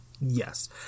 Yes